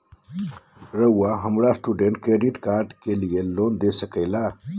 रहुआ हमरा student credit card के लिए लोन दे सके ला?